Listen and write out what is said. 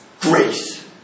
Grace